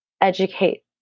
educate